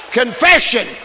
confession